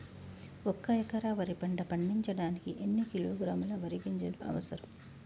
ఒక్క ఎకరా వరి పంట పండించడానికి ఎన్ని కిలోగ్రాముల వరి గింజలు అవసరం?